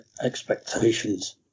expectations